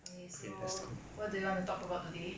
okay so what do you want to talk about today